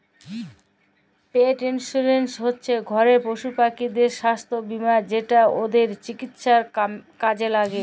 পেট insurance হচ্যে ঘরের পশুপাখিদের সাস্থ বীমা যেটা ওদের চিকিৎসায় কামে ল্যাগে